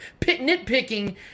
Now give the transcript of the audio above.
nitpicking